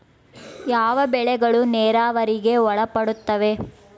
ಯಾವ ಬೆಳೆಗಳು ನೇರಾವರಿಗೆ ಒಳಪಡುತ್ತವೆ?